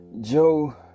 Joe